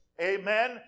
amen